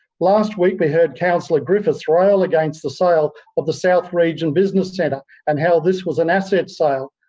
last week we heard councillor griffiths rail against the sale of the south region business centre and how this was an asset sale,